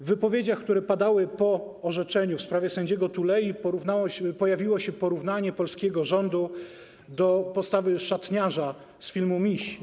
W wypowiedziach, które padały po orzeczeniu w sprawie sędziego Tulei pojawiło się porównanie postawy polskiego rządu do postawy szatniarza z filmu ˝Miś˝